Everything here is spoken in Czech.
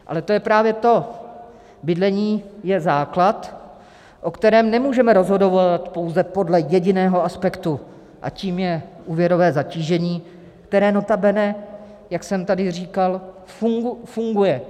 Ale to je právě to bydlení je základ, o kterém nemůžeme rozhodovat pouze podle jediného aspektu, a tím je úvěrové zatížení, které notabene, jak jsem tady říkal, funguje.